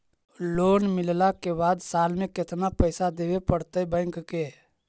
Loan मिलला के बाद साल में केतना पैसा देबे पड़तै बैक के?